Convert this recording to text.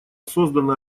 создана